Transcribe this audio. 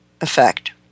effect